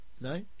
No